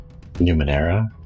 Numenera